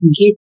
get